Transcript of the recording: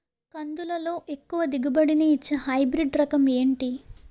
కందుల లో ఎక్కువ దిగుబడి ని ఇచ్చే హైబ్రిడ్ రకం ఏంటి?